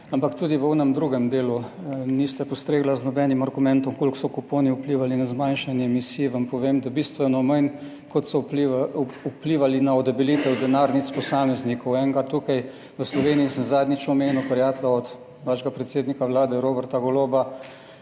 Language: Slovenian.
Ampak tudi v onem drugem delu niste postregli z nobenim argumentom, koliko so kuponi vplivali na zmanjšanje emisij, vam povem, da bistveno manj, kot so vplivali na odebelitev denarnic posameznikov. Enega tukaj v Sloveniji sem zadnjič omenil, prijatelja od vašega predsednika Vlade Roberta Goloba,